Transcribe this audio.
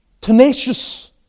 Tenacious